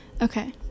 Okay